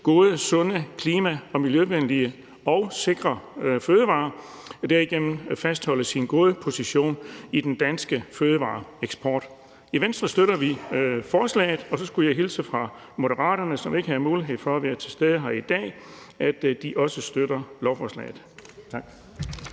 gode, sunde, klima- og miljøvenlige og sikre fødevarer for derigennem at fastholde sin gode position i den danske fødevareeksport. I Venstre støtter vi forslaget, og så skulle jeg hilse fra Moderaterne, som ikke havde mulighed for at være til stede her i dag, og sige, at de også støtter lovforslaget.